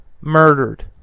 murdered